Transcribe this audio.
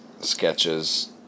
sketches